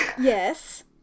Yes